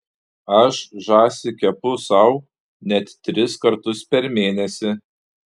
aš žąsį kepu sau net tris kartus per mėnesį